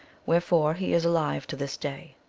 wherefore he is alive to this day.